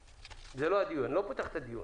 אני לא פותח את הדיון.